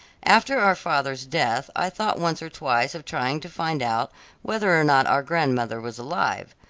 after our father's death i thought once or twice of trying to find out whether or not our grandmother was alive.